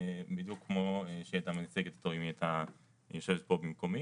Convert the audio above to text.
כסף ושישתמשו בו'.